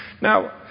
Now